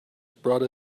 brought